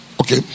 okay